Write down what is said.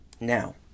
now